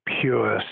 pure